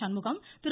Shanmugam Thiru